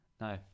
no